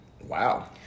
Wow